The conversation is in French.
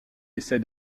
essaie